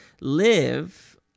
live